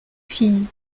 fille